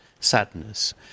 Sadness